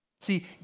See